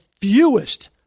fewest